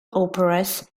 operas